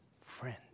friend